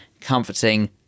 comforting